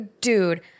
dude